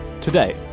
Today